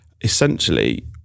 essentially